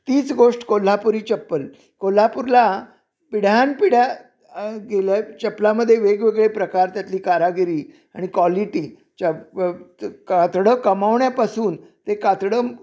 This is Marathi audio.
तीच गोष्ट कोल्हापुरी चप्पल कोल्हापूरला पिढ्यानपिढ्या गेल्या चप्पलामध्ये वेगवेगळे प्रकार त्यातली कारागिरी आणि क्वालिटी चप प त कातडं कमावण्यापासून ते कातडं